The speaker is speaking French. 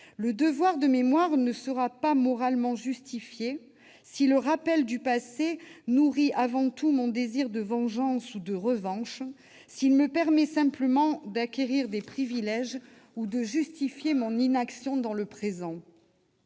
Le devoir de mémoire ne sera pas moralement justifié si le rappel du passé nourrit avant tout mon désir de vengeance ou de revanche, s'il me permet simplement d'acquérir des privilèges ou de justifier mon inaction dans le présent.